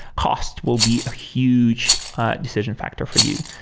cost will be a huge decision factor for you.